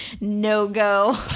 No-go